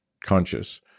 conscious